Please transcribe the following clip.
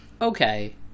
okay